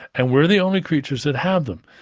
and we're the only creatures that have them.